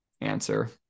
answer